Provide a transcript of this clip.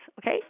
okay